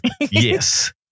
Yes